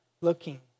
Looking